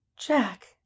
jack